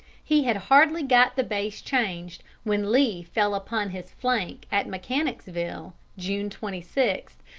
he had hardly got the base changed when lee fell upon his flank at mechanicsville, june twenty six,